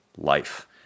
life